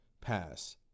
pass